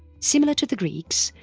similar to the greeks,